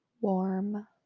Warm